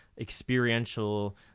experiential